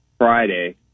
friday